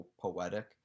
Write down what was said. poetic